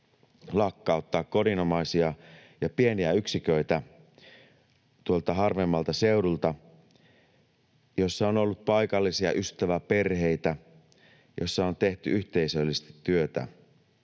lakkauttaa kodinomaisia ja pieniä yksiköitä tuolta harvemmalta seudulta, jossa on ollut paikallisia ystäväperheitä, joissa on tehty yhteisöllisesti työtä.